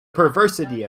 perversity